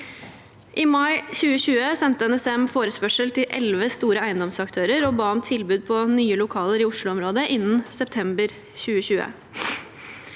I mai 2020 sendte NSM forespørsel til elleve store eiendomsaktører og ba om tilbud på nye lokaler i Osloområdet innen september 2020.